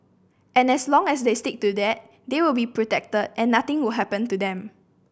and as long as they stick to that they will be protected and nothing will happen to them